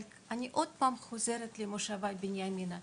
אבל אני שוב חוזרת למושבה בנימינה,